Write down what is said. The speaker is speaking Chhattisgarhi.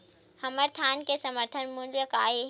हमर धान के समर्थन मूल्य का हे?